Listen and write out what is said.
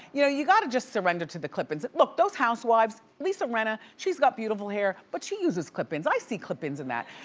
you know you gotta just surrender to the clip ins. look, those housewives, lisa rinna, she's got beautiful hair but she uses clip ins, i see clip ins in that.